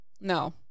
no